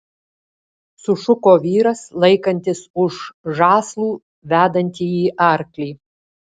sušuko vyras laikantis už žąslų vedantįjį arklį